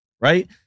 right